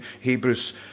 Hebrews